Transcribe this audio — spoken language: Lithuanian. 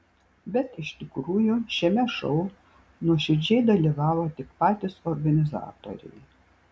bet iš tikrųjų šiame šou nuoširdžiai dalyvavo tik patys organizatoriai